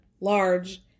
large